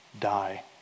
die